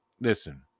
Listen